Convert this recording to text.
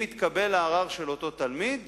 אם מתקבל הערר של אותו תלמיד